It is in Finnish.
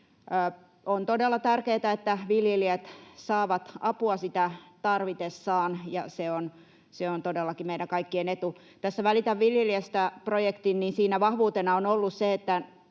On todella tärkeätä, että viljelijät saavat apua sitä tarvitessaan, ja se on todellakin meidän kaikkien etu. Tässä Välitä viljelijästä ‑projektissa vahvuutena on ollut se, että